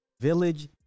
Village